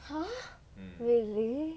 !huh! really